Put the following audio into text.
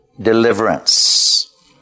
deliverance